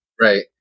Right